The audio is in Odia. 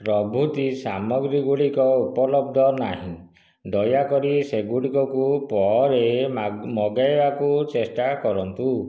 ପ୍ରଭୃତି ସାମଗ୍ରୀ ଗୁଡ଼ିକ ଉପଲବ୍ଧ ନାହିଁ ଦୟାକରି ସେଗୁଡ଼ିକ କୁ ପରେ ମଗାଇବାକୁ ଚେଷ୍ଟା କରନ୍ତୁ